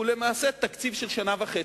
והוא למעשה תקציב של שנה וחצי.